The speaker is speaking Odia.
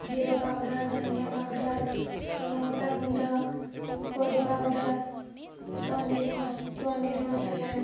ଜୀରା ପାଉଡ଼ର ଧନିଆ ପାଉଡ଼ର ଲଙ୍କା ଗୁଣ୍ଡ କରି ପାଉଡ଼ର ପନିର ପନିର ମସଲା